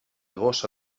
gossa